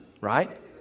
right